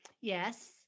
Yes